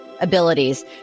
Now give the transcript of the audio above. abilities